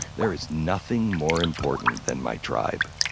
there is nothing more important than my tribe.